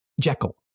Jekyll